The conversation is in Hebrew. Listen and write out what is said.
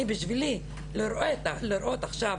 בשבילי, לראות עכשיו